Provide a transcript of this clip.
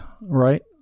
right